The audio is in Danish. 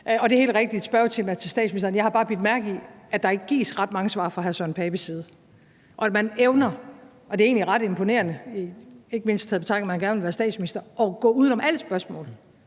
Og det er helt rigtigt, at spørgetimen er for statsministeren til at besvare spørgsmål. Jeg har bare bidt mærke i, at der ikke gives ret mange svar fra hr. Søren Pape Poulsens side, og at man evner – og det er egentlig ret imponerende, ikke mindst i betragtning af at man gerne vil være statsminister – at gå uden om alle spørgsmål